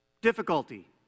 Difficulty